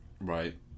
Right